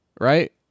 right